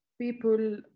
people